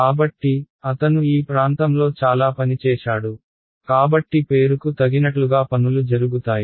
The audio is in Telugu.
కాబట్టి అతను ఈ ప్రాంతంలో చాలా పనిచేశాడు కాబట్టి పేరుకు తగినట్లుగా పనులు జరుగుతాయి